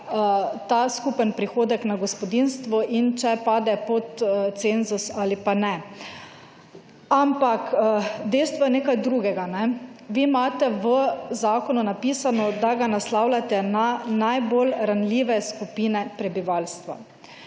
ta skupen prihodek na gospodinjstvo in če pade pod cenzus ali pa ne. Ampak, dejstvo je pa nekaj drugega. Vi imate v zakonu napisano, da ga naslavljate na najbolj ranljive skupine prebivalstva.